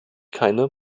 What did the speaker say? keine